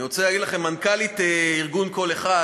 אני רוצה להגיד לכם, מנכ"לית ארגון "קול אחד"